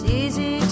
easy